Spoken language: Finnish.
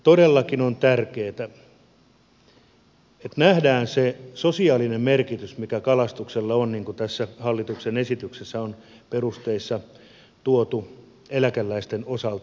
todellakin on tärkeätä että nähdään se sosiaalinen merkitys mikä kalastuksella on niin kuin tässä hallituksen esityksessä on perusteissa tuotu eläkeläisten osalta